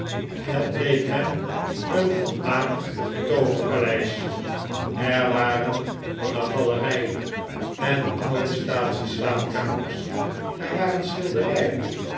het leek hem een volmaakt tooverpaleis er waren lange galerijen en oude staatsie slaapkamers er waren schilderijen